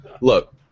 Look